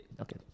Okay